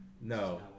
No